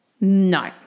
No